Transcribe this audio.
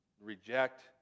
reject